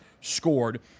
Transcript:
scored